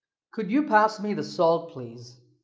could you pass me the salt, please?